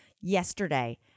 yesterday